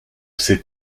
ses